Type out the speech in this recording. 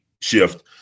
shift